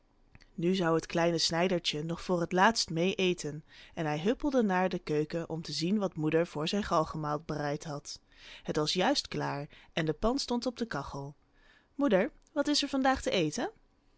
nu zou het kleine snijdertje nog voor het laatst mee eten en hij huppelde naar de keuken om te zien wat moeder voor zijn galgenmaal bereid had het was juist klaar en de pan stond op de kachel moeder wat is er van daag te eten